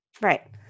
Right